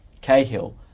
Cahill